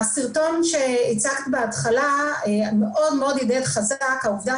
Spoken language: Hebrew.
בסרטון שהצגת בהתחלה מאוד מאוד הדהדה חזק העובדה